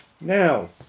Now